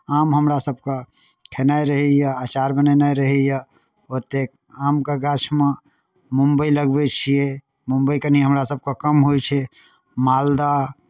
आम हमरा सभकेँ खेनाइ रहैए अँचार बनेनाइ रहैए ओतेक आमके गाछमे मुम्बइ लगबै छियै मुम्बइ कनि हमरासभकेँ कम होइ छै मालदह